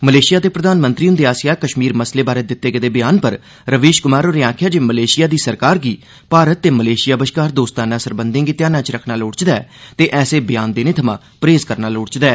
मलेशिश दे प्रघानमंत्री हुंदे आसेआ कश्मीर मसले बारै दित्ते गेदे बयान पर रवीश कुमार होरें आखेआ जे मलेशिया दी सरकार गी भारत ते मलेशिया बश्कार दोस्ताना सरबंघें गी ध्यान च रक्खना लोड़चदा ऐ ते ऐसे बयान देने थमां परहेज़ करना लोड़चदा ऐ